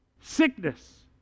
Sickness